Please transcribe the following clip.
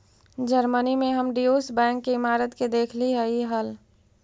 Germany में हम Deutsche bank के इमारत के देखलीअई हल